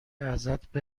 ازت